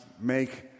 make